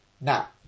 Now